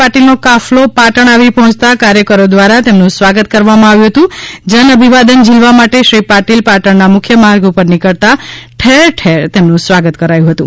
પાટિલનો કાફલો પાટણ આવી પહોચતા કાર્યકરો દ્વારા તેમનું સ્વાગત કરવામાં આવ્યું હતું જન અભિવાદન ઝીલવા માટે શ્રી પાટિલ પાટણના મુખ્ય માર્ગ ઉપર નીકળતા ઠેર ઠેર તેમનું સ્વાગત કરાયું હતું